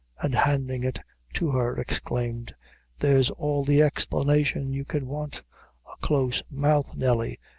and handing it to her, exclaimed there's all the explanation you can want a close mouth, nelly,